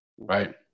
right